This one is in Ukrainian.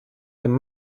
тим